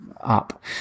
up